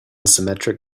symmetric